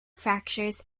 fractures